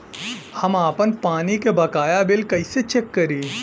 हम आपन पानी के बकाया बिल कईसे चेक करी?